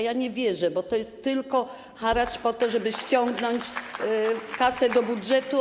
Ja nie wierzę, bo to jest tylko haracz tworzony po to, żeby ściągnąć kasę do budżetu.